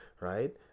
right